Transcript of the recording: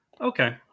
okay